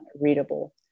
readable